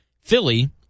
Philly